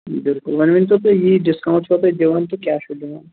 بِلکُل وۅنۍ ؤنۍتو تُہۍ یی ڈسکاوُنٛٹ چھُوا تُہۍ دِوان کِنہٕ کیٛاہ چھُو دِوان